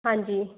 ਹਾਂਜੀ